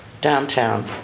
downtown